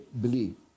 believe